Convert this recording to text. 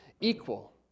equal